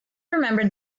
remembered